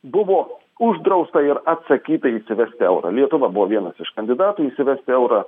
buvo uždrausta ir atsakyta įsivesti eurą lietuva buvo vienas iš kandidatų įsivesti eurą